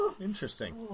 Interesting